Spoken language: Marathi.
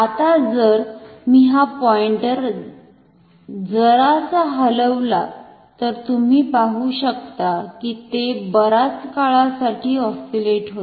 आता जर मी हा पॉईंटर जरासा हलवला तर तुम्ही पाहू शकता कि ते बराच काळासाठी ऑस्सिलेट होते